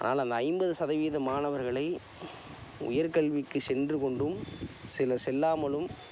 ஆனால் ஐம்பது சதவீதம் மாணவர்களை உயர்கல்விக்கு சென்று கொண்டும் சிலர் செல்லாமலும்